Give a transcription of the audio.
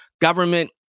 government